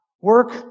work